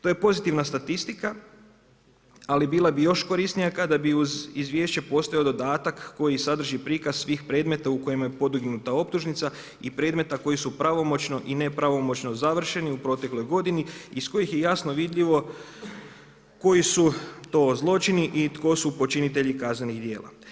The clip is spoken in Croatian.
To je pozitivna statistika, ali bila bi još korisnija kada bi uz izvješće postojao dodatak koji sadrži prikaz svih predmeta u kojima je podignuta optužnica i predmeta koji su pravomoćno i nepravomoćno završeni u protekloj godini iz kojih je jasno vidljivo koji su to zločini i tko su počinitelji kaznenih dijela.